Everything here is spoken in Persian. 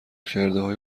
کردههای